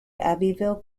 abbeville